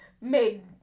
Made